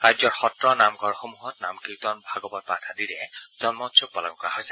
ৰাজ্যৰ সত্ৰ নামঘৰ আদিত নাম কীৰ্তন ভাগৱত পাঠ আদিৰে জন্মোৎসৱ পালন কৰা হৈছে